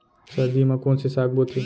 सर्दी मा कोन से साग बोथे?